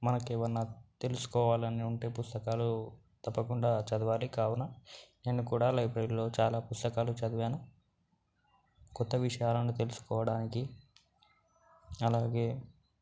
మనకు ఏమన్నా తెలుసుకోవాలని ఉంటే పుస్తకాలు తప్పకుండా చదవాలి కావున నేను కూడా లైబ్రరీలో చాలా పుస్తకాలు చదివాను కొత్త విషయాలను తెలుసుకోవడానికి అలాగే